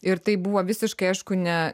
ir taip buvo visiškai aišku ne